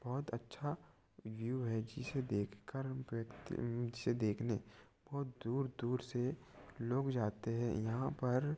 बहुत अच्छा व्यू है जिसे देख कर हम जिसे देखने बहुत दूर दूर से लोग जाते है यहाँ पर